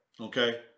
Okay